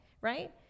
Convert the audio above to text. right